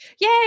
yay